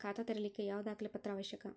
ಖಾತಾ ತೆರಿಲಿಕ್ಕೆ ಯಾವ ದಾಖಲೆ ಪತ್ರ ಅವಶ್ಯಕ?